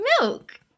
milk